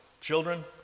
children